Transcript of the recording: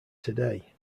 today